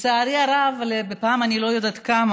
אדוני השר, חבריי חברי הכנסת,